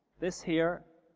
this here